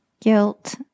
Guilt